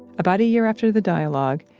about a year after the dialogue,